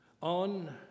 on